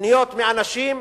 פניות מאנשים,